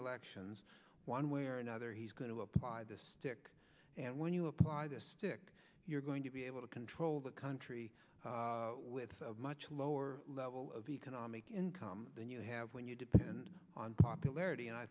elections one way or another he's going to apply the stick and when you apply the stick you're going to be able to control the country with a much lower level of economic income than you have when you depend on popularity and i